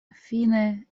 fine